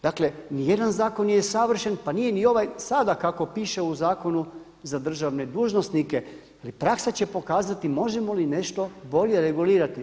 Dakle nijedan zakon nije savršen pa nije ni ovaj sada kako piše u zakonu za državne dužnosnike, ali praksa će pokazati možemo li nešto bolje regulirati.